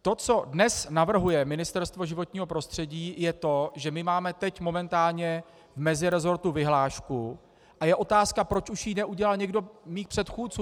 To, co dnes navrhuje Ministerstvo životního prostředí, je to, že my máme teď momentálně meziresortní vyhlášku, a je otázka, proč už ji neudělal někdo z mých předchůdců.